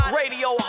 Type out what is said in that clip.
radio